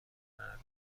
معروف